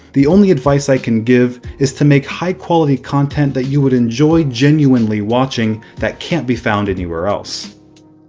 the only advice i can give is to make high-quality content that you would enjoy genuinely watching that can't be found anywhere else.